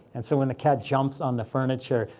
and so when the cat jumps on the furniture,